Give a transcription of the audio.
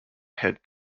head